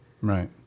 right